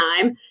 time